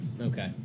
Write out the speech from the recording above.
Okay